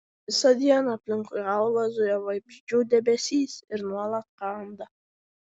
visą dieną aplinkui galvą zuja vabzdžių debesys ir nuolat kanda